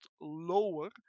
lower